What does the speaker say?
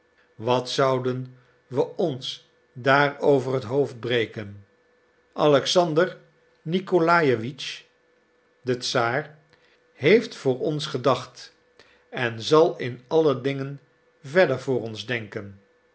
wat zouden we ons daarover het hoofd breken alexander nicolajewitsch de czaar heeft voor ons gedacht en zal in alle dingen verder voor ons denken